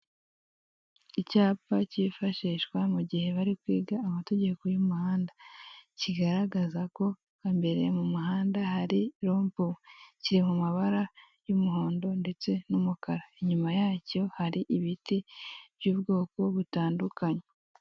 Icyapa kifashishwa mugihe bari kwiga amategeko y'umuhanda, kigaragaza ko imbere mu muhanda hari rompuwe. Kiri mu mabara y'umuhondo ndetse n'umukara inyuma yacyo hari ibiti by'ubwoko butandukanye.